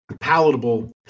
palatable